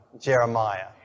Jeremiah